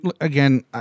again